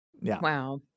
Wow